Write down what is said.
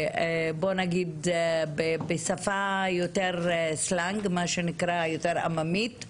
1998. בשפה עממית יותר